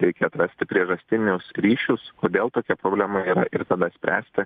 reikia atrasti priežastinius ryšius kodėl tokia problema yra ir tada spręsti